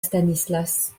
stanislas